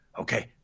okay